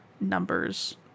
numbers